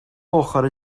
ochr